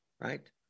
right